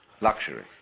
luxury